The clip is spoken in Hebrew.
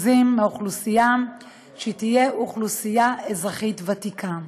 מהאוכלוסייה שתהיה אוכלוסייה אזרחית ותיקה.